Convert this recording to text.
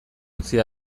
utzi